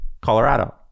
Colorado